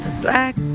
black